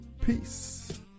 Peace